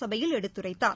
சபையில் எடுத்துரைத்தார்